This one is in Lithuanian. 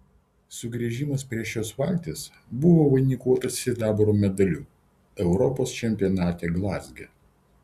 sugrįžimas prie šios valties buvo vainikuotas sidabro medaliu europos čempionate glazge